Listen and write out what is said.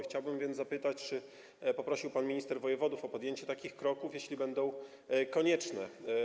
Chciałbym więc zapytać, czy poprosił pan minister wojewodów o podjęcie takich kroków, jeśli będą one konieczne.